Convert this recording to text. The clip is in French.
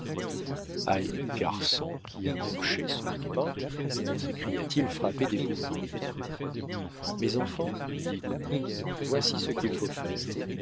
karson qui a manché son bain s'écria-t-il frappé d'épouvante mes enfants dit doublon voici ce qu'il faut faire